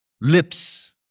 lips